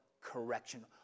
correction